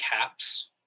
caps